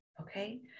okay